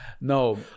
No